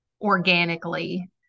organically